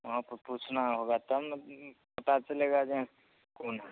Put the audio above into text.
वहाँ पर पूछना होगा तब ना पाता चलेगा कि कौन है